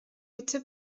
mitte